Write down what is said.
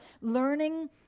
learning